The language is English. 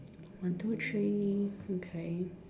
one two three okay